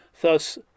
Thus